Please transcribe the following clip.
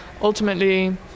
ultimately